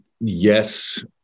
Yes